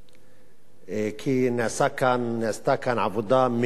כי נעשתה כאן עבודה מקיפה ביותר,